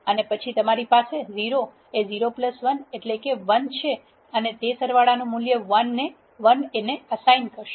અને પછી તમારી પાસે 0 0 1 એ 1 છે અને તે સરવાળનું મૂલ્ય 1 અસાઇન કરશે